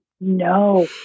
No